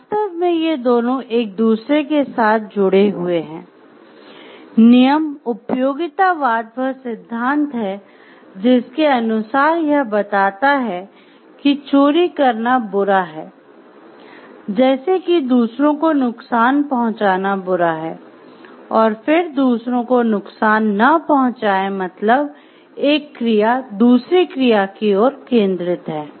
वास्तव में ये दोनों एक दूसरे के साथ जुड़े हुए हैं नियम उपयोगितावाद वह सिद्धांत है जिसके अनुसार यह बताता है कि चोरी करना बुरा है जैसे कि दूसरों को नुकसान पहुंचाना बुरा है और फिर दूसरों को नुकसान न पहुंचाएं मतलब एक क्रिया दूसरी क्रिया की ओर केंद्रित है